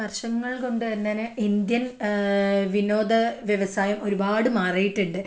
വർഷങ്ങൾ കൊണ്ട് തന്നെനെ ഇന്ത്യൻ വിനോദ വ്യവസായം ഒരുപാട് മാറിയിട്ടുണ്ട്